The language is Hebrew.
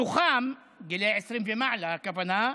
מתוכם, מבני 20 ומעלה, הכוונה,